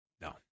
No